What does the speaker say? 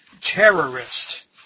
terrorist